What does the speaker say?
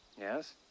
Yes